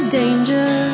danger